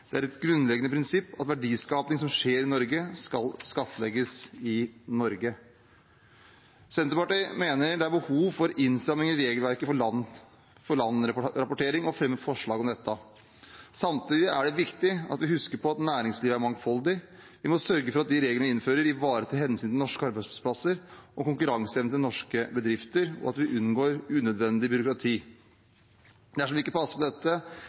Det er et grunnleggende prinsipp at verdiskaping som skjer i Norge, skal skattlegges i Norge. Senterpartiet mener det er behov for innstramminger i regelverket for land-for-land-rapportering og fremmer forslag om dette. Samtidig er det viktig at vi husker på at næringslivet er mangfoldig. Vi må sørge for at de reglene vi innfører, ivaretar hensynet til norske arbeidsplasser og konkurranseevnen til norske bedrifter, og at vi unngår unødvendig byråkrati. Dersom vi ikke passer på dette,